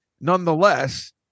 nonetheless